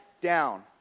down